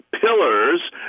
pillars